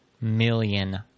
million